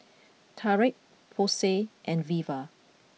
Tarik Posey and Veva